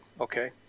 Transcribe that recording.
Okay